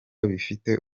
bifite